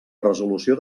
resolució